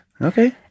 Okay